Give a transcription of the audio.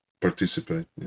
participate